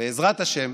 בעזרת השם,